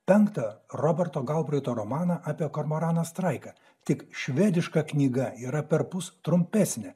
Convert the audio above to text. penktą roberto gaubrito romaną apie kormoraną straiką tik švediška knyga yra perpus trumpesnė